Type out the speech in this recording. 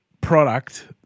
product